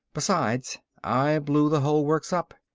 besides i blew the whole works up.